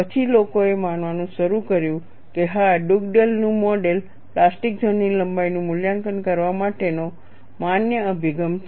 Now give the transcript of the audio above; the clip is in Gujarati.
પછી લોકોએ માનવાનું શરૂ કર્યુ કે હા ડુગડેલનું model Dugdale's model plastic zone ની લંબાઈનું મૂલ્યાંકન કરવા માટેનો માન્ય અભિગમ છે